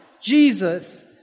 Jesus